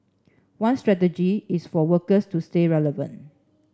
one strategy is for workers to stay relevant